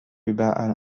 überall